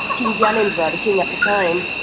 king gyanendra, the king at the time,